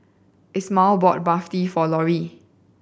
Isamar bought Barfi for Lorie